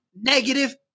negative